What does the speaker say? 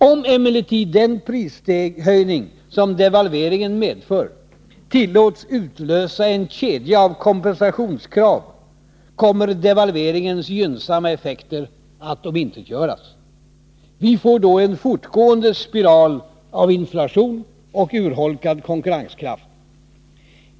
Om emellertid den prishöjning devalveringen medför tillåts utlösa en kedja av kompensationskrav, kommer devalveringens gynnsamma effekter att omintetgöras. Vi får då en fortgående spiral av inflation och urholkad konkurrenskraft.